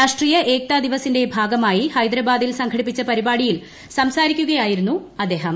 രാഷ്ട്രീയ ഏക്താ ദിവസിന്റെ ഭാഗമായി ഹൈദരാബാദിൽ സംഘടിപ്പിച്ച പരിപാടിയിൽ സംസാരിക്കുകയായിരുന്നു അദ്ദേഹം